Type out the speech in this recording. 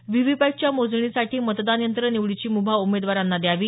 व्हीहीपॅटच्या मोजणीसाठी मतदान यंत्र निवडीची मुभा उमेदवारांना द्यावी